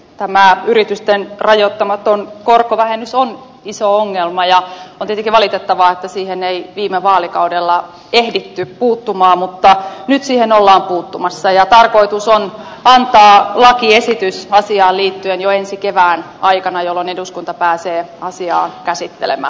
tämä yritysten rajoittamaton korkovähennys on iso ongelma ja on tietenkin valitettavaa että siihen ei viime vaalikaudella ehditty puuttua mutta nyt siihen ollaan puuttumassa ja tarkoitus on antaa lakiesitys asiaan liittyen jo ensi kevään aikana jolloin eduskunta pääsee asiaa käsittelemään